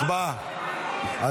הצבעה.